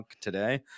today